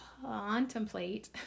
contemplate